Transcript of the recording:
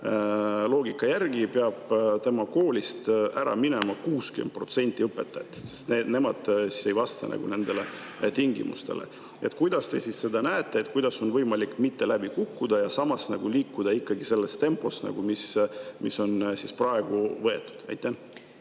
loogika järgi peab tema koolist ära minema 60% õpetajatest, sest nad ei vasta nendele tingimustele. Kuidas te seda näete, kuidas on võimalik mitte läbi kukkuda ja samas liikuda selles tempos, mis on praegu võetud? Aitäh